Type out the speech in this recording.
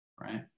right